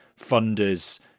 funders